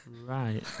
Right